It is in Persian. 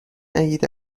عقیده